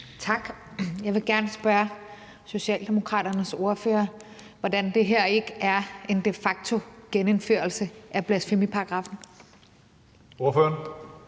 Tak. Jeg vil gerne spørge Socialdemokraternes ordfører, hvordan det her ikke de facto er en genindførelse af blasfemiparagraffen. Kl.